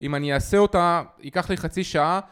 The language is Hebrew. אם אני אעשה אותה, היא ייקח לי חצי שעה.